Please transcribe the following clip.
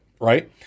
right